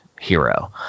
hero